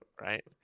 right